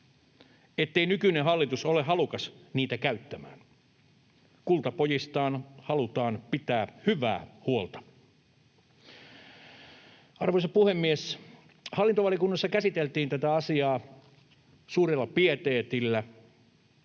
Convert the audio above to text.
ettei nykyinen hallitus ole halukas niitä käyttämään. Kultapojista halutaan pitää hyvää huolta. Arvoisa puhemies! Hallintovaliokunnassa käsiteltiin tätä asiaa suurella pieteetillä.